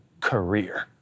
career